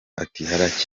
ati